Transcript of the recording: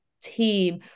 team